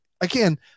again